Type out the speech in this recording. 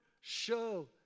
show